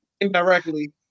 indirectly